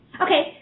Okay